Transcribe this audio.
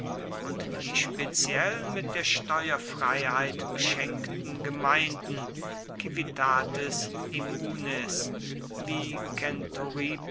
und die speziell mit der steuerfreiheit beschenkten gemeinden civitates immunes wie